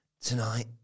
tonight